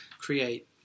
create